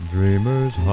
Dreamer's